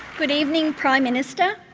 good evening prime minister.